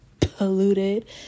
polluted